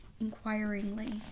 inquiringly